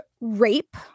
rape